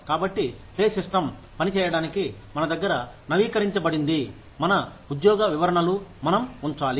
కాబట్టి pay system పని చేయడానికి మన దగ్గర నవీకరించబడింది మన ఉద్యోగ వివరణలు మనం ఉంచాలి